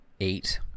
eight